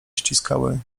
ściskały